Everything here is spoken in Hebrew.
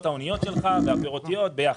ההוניות שלך והפירותיות שלך ביחד.